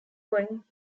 going